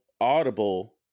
audible